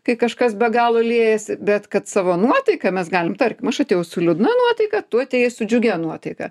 kai kažkas be galo liejasi bet kad savo nuotaika mes galim tarkim aš atėjau su liūdna nuotaika tu atėjai su džiugia nuotaika